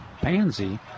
Pansy